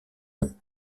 nom